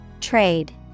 Trade